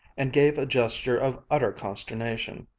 and gave a gesture of utter consternation.